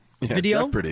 video